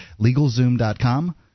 LegalZoom.com